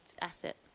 asset